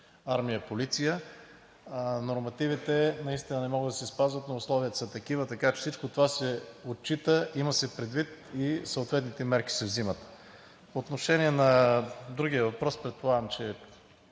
армия, полиция, нормативите наистина не могат да се спазват, но условията са такива, така че всичко това се отчита, има се предвид и съответните мерки се взимат. По отношение на другия въпрос, предполагам, че